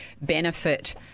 benefit